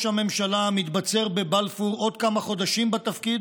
הממשלה המתבצר בבלפור עוד כמה חודשים בתפקיד